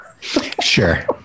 Sure